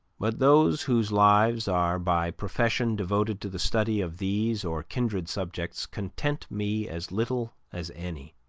but those whose lives are by profession devoted to the study of these or kindred subjects content me as little as any.